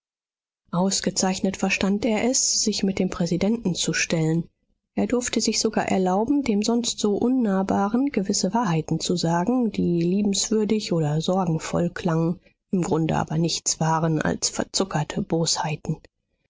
ausgezeichnet verstand er es sich mit dem präsidenten zu stellen er durfte sich sogar erlauben dem sonst so unnahbaren gewisse wahrheiten zu sagen die liebenswürdig oder sorgenvoll klangen im grunde aber nichts waren als verzuckerte bosheiten